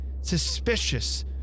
suspicious